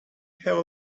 have